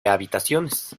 habitaciones